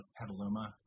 Petaluma